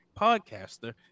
podcaster